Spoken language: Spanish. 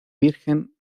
virgen